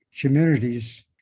Communities